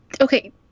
Okay